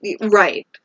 Right